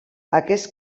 aquests